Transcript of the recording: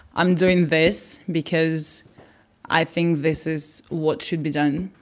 i'm doing this because i think this is what should be done.